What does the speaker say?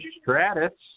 Stratus